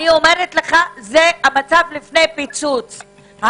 המצב לפני פיצוץ.